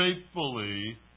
faithfully